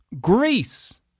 Greece